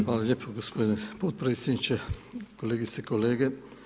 Hvala lijepo gospodine potpredsjedniče, kolegice i kolege.